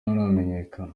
nturamenyekana